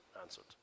answered